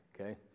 Okay